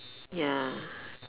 ya